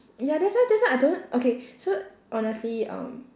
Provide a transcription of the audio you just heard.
ya that's why that's why I don't okay so honestly um